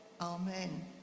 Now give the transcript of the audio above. Amen